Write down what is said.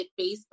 Facebook